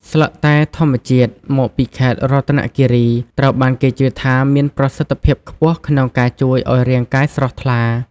ស្លឹកតែធម្មជាតិមកពីខេត្តរតនគិរី ត្រូវបានគេជឿថាមានប្រសិទ្ធភាពខ្ពស់ក្នុងការជួយឱ្យរាងកាយស្រស់ថ្លា។